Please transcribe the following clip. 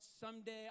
someday